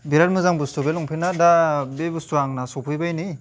बिराथ मोजां बुस्थु बे लंपेन्टआ दा बे बुस्थुवा आंना सफैबाय नै